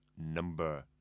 Number